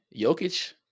Jokic